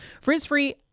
Frizz-free